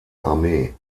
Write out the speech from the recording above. armee